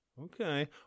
Okay